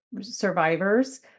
survivors